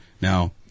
Now